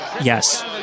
Yes